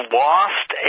lost